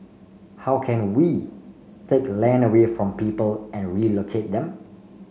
how can we take land away from people and relocate them